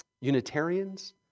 Unitarians